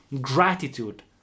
gratitude